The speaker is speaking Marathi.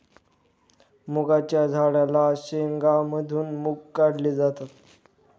मुगाच्या झाडाच्या शेंगा मधून मुग काढले जातात